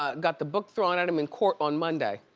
ah got the book thrown at him in court on monday.